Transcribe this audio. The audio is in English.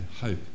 hope